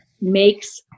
makes